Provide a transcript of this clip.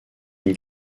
une